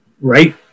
right